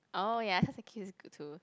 oh ya Charles and Keith is good too